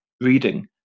reading